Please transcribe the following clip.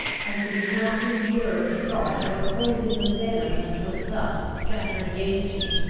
i could not endure the thought of opposing the venom that was thus scattered against me,